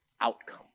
outcome